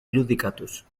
irudikatuz